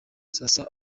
sasa